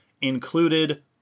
included